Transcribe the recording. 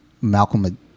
Malcolm